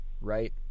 right